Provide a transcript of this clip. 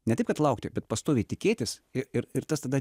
ne taip kad laukti bet pastoviai tikėtis ir ir tas tada